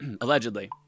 Allegedly